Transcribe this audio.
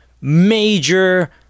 major